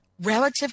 relative